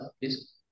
please